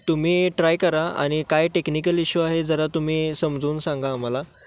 तुम्ही ट्राय करा आणि काय टेक्निकल इश्यू आहे जरा तुम्ही समजावून सांगा आम्हाला